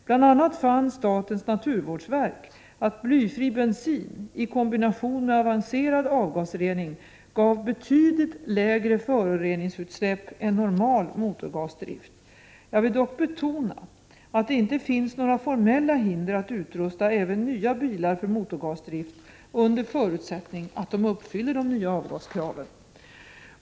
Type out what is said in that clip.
Bl.a. fann statens naturvårdsverk att blyfri bensin i kombination med avancerad avgasrening gav betydligt lägre föroreningsutsläpp än normal motorgasdrift. Jag vill dock betona att det inte finns några formella hinder att utrusta även nya bilar för motorgasdrift, under förutsättning att de uppfyller de nya avgaskraven.